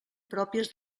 pròpies